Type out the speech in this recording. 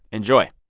enjoy